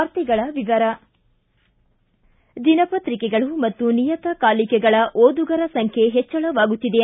ವಾರ್ತೆಗಳ ವಿವರ ದಿನಪತ್ರಿಕೆಗಳು ಮತ್ತು ನಿಯತಕಾಲಿಕೆಗಳ ಓದುಗರ ಸಂಬ್ಯೆ ಹೆಚ್ಚಳವಾಗುತ್ತಿದೆ